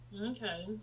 Okay